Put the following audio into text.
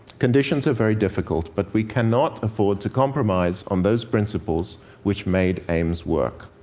conditions are very difficult, but we cannot afford to compromise on those principles which made aims work.